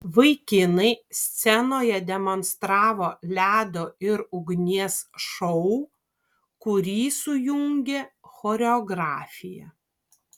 vaikinai scenoje demonstravo ledo ir ugnies šou kurį sujungė choreografija